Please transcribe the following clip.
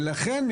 לכן,